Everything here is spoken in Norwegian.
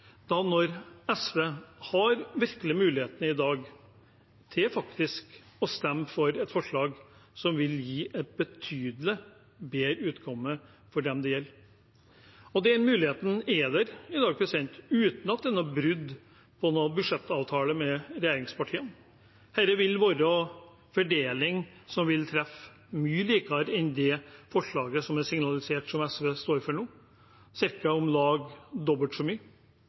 når SV i dag virkelig har muligheten til faktisk å stemme for et forslag som vil gi et betydelig bedre utkomme for dem det gjelder. Den muligheten er der i dag, uten at det er noe brudd på noen budsjettavtale med regjeringspartiene. Dette vil være en fordeling som vil treffe mye bedre enn det forslaget som er signalisert, som SV står for nå – om lag dobbelt så mye.